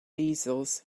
easels